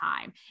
time